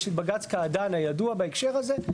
יש את בג"ץ קעדאן הידוע בהקשר הזה,